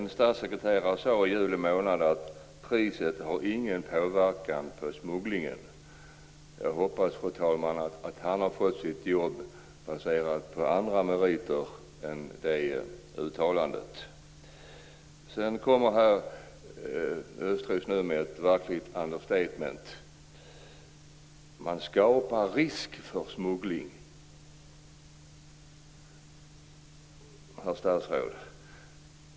En statssekreterare sade i juli månad att priset inte påverkar smugglingen. Jag hoppas, fru talman, att han har fått sitt jobb utifrån andra meriter än det uttalandet. Herr Östros kommer här med ett verkligt understatement. Han säger att höjningen "har skapat risk för smuggling". Herr statsråd!